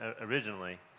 originally